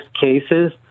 cases